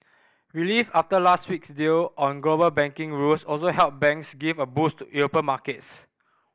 relief after last week's deal on global banking rules also helped banks give a boost to European markets